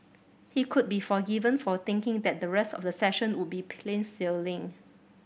he could be forgiven for thinking that the rest of the session would be plain sailing